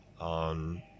on